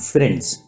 Friends